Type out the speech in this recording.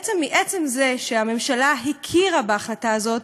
בעצם מעצם זה שהממשלה הכירה בהחלטה הזאת,